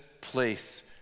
place